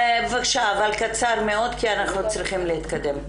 בבקשה, אבל קצר מאוד, כי אנחנו צריכים להתקדם.